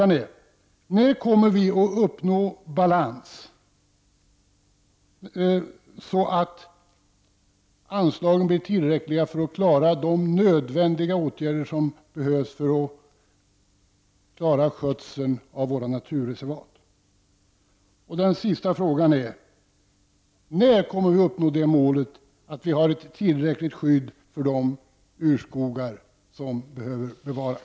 När kommer vi att uppnå balans, så att anslagen blir tillräckliga för vidtagande av de åtgärder som behövs för att man skall klara skötseln av våra naturreservat? 4. När kommer vi att uppnå målet att ha ett tillräckligt skydd för de urskogar som behöver bevaras?